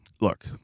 look